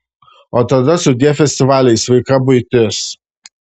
o tada sudie festivaliai sveika buitis